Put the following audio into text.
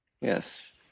Yes